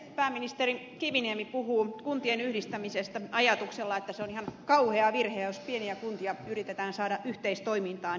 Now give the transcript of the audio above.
pääministeri kiviniemi puhuu kuntien yhdistämisestä ajatuksella että se on ihan kauhea virhe jos pieniä kuntia yritetään saada yhteistoimintaan ja yhdistymään